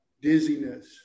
dizziness